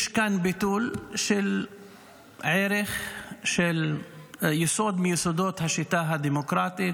יש כאן ביטול של ערך יסוד מיסודות השיטה הדמוקרטית,